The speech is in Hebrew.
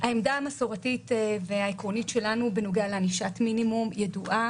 העמדה המסורתית והעקרונית שלנו בנוגע לענישת מינימום ידועה,